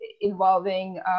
involving